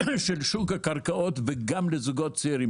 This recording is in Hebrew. של שוק הקרקעות גם לזוגות צעירים.